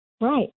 Right